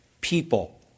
people